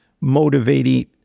motivating